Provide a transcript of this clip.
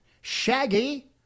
Shaggy